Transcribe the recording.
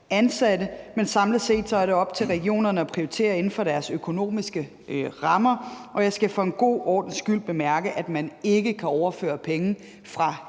ansatte. Men samlet set er det op til regionerne at prioritere inden for deres økonomiske rammer, og jeg skal for god ordens skyld bemærke, at man ikke kan overføre penge fra